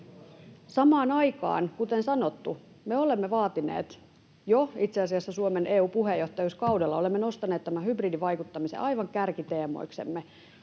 Samaan aikaan, kuten sanottu, me olemme vaatineet ja jo itse asiassa Suomen EU-puheenjohtajuuskaudella olemme nostaneet tämän hybridivaikuttamisen aivan kärkiteemoiksemme